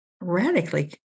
radically